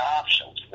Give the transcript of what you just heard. options